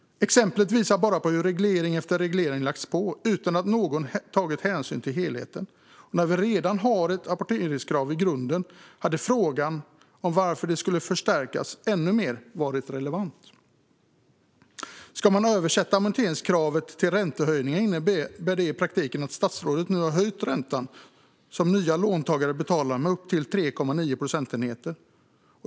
Exemplet visar hur reglering på reglering har lagts på utan att någon hänsyn tagits till helheten. Eftersom vi redan hade ett amorteringskrav i grunden hade frågan om varför det skulle förstärkas varit ännu mer relevant. Översätter man amorteringskravet till en räntehöjning innebär det i praktiken att statsrådet har höjt räntan för nya låntagare med upp till 3,9 procentenheter.